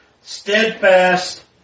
steadfast